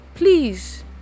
Please